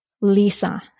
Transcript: Lisa